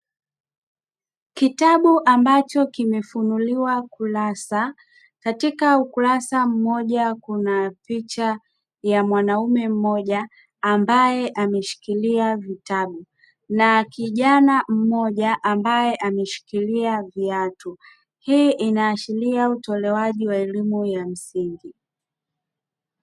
Kitabu ambacho kimefunuliwa kurasa, katika ukurasa mmoja kuna picha ya mwanaume mmoja ambaye ameshikilia vitabu na kijana mmoja ambaye ameshikilia viatu. Hii inaashiria utolewaji wa elimu ya msingi.